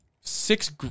six